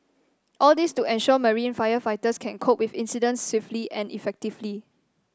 all this to ensure marine firefighters can cope with incidents swiftly and effectively